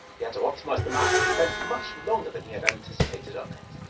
he had to optimise the map and spent much longer than he had anticipated on it,